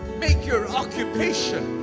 make your occupation